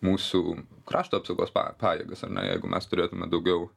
mūsų krašto apsaugos pa pajėgas ane jeigu mes turėtume daugiau